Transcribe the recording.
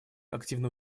активно